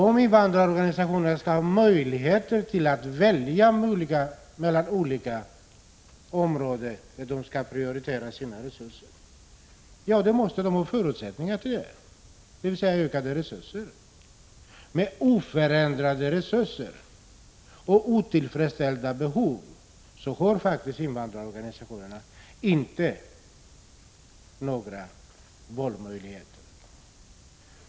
Om invandrarorganisationerna skall ha möjlighet att välja vilket område de vill prioritera när de använder sina resurser, måste de få ökade resurser. Med oförändrade resurser och otillfredsställda behov har invandrarorganisationerna faktiskt inte några valmöjligheter.